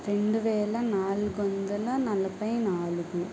రెండు వేల నాలుగు వందల నలభై నాలుగు